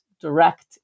direct